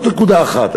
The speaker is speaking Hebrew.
זאת נקודה אחת.